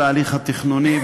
של ההליך התכנוני,